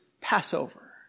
Passover